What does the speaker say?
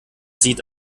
sieht